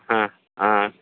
ہاں ہاں